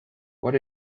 what